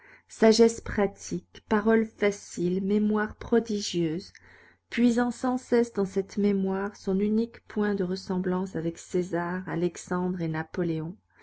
sagesse pratique parole facile mémoire prodigieuse puisant sans cesse dans cette mémoire son unique point de ressemblance avec césar alexandre et napoléon